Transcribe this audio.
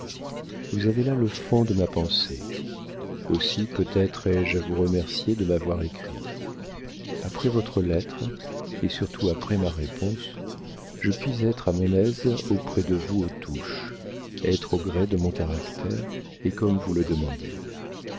vous avez là le fond de ma pensée aussi peut-être ai-je à vous remercier de m'avoir écrit après votre lettre et surtout après ma réponse je puis être à mon aise auprès de vous aux touches être au gré de mon caractère et comme vous le demandez